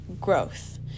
growth